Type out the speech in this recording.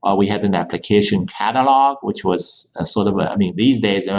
ah we had an application catalogue, which was and sort of of i mean, these days, and